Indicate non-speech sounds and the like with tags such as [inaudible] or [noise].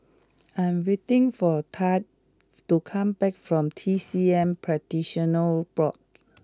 I am waiting for Thad to come back from T C M Practitioners Board [noise]